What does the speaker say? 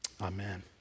Amen